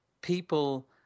people